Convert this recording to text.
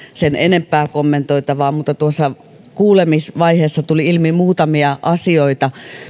sen enempää kommentoitavaa mutta tuossa kuulemisvaiheessa tuli ilmi muutamia asioita